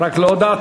רק לא הודעתם.